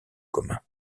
commun